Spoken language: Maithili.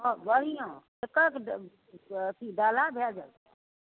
हँ बढ़िआँ कतेक अथी बला भेजब